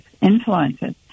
influences